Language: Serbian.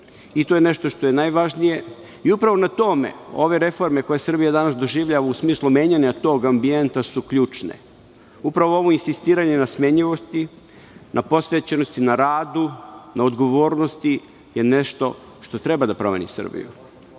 i to je nešto što je najvažnije i upravo na tome ove reforme, koje Srbija danas doživljava u smislu menjanja tog ambijenta, su ključne. Upravo ovo insistiranje na smenjivosti, na posvećenosti, na radu, na odgovornosti, je nešto što treba da promeni Srbiju.